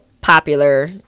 popular